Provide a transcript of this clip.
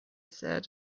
said